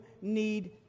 need